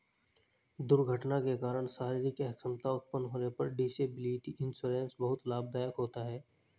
दुर्घटना के कारण शारीरिक अक्षमता उत्पन्न होने पर डिसेबिलिटी इंश्योरेंस बहुत लाभदायक होता है